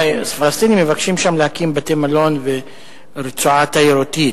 והפלסטינים מבקשים להקים שם בתי-מלון ורצועה תיירותית.